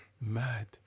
Mad